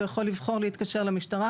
יכול לבחור האם להתקשר למשטרה